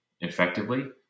effectively